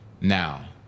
now